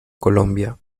colombia